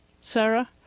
Sarah